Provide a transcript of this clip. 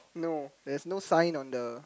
no there is no sign on the